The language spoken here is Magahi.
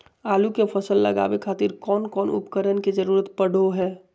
आलू के फसल लगावे खातिर कौन कौन उपकरण के जरूरत पढ़ो हाय?